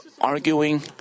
arguing